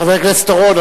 חבר הכנסת אורון,